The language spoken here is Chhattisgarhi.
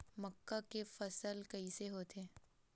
मक्का के फसल कइसे होथे?